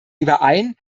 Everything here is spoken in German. überein